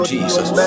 Jesus